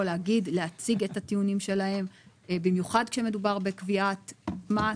ולהציג את הטיעונים שלהם במיוחד כאשר מדובר בקביעת מס.